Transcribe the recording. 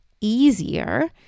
easier